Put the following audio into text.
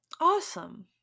awesome